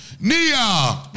Nia